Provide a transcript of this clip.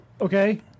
okay